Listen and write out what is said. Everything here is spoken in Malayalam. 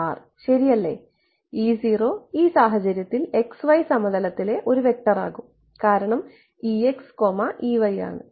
അതിനാൽ ശരിയല്ലേ ഈ സാഹചര്യത്തിൽ x y സമതലത്തിലെ ഒരു വെക്റ്റർ ആകും കാരണം ആണ്